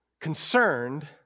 concerned